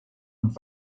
und